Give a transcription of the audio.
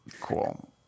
cool